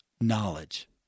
knowledge